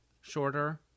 shorter